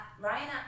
Ryan